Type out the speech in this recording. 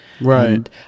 Right